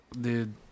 Dude